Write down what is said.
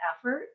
effort